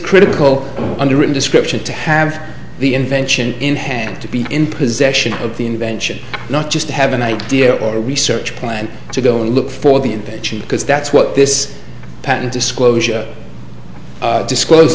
critical under a description to have the invention in hand to be in possession of the invention not just to have an idea or a research plan to go and look for the invention because that's what this patent disclosure disclose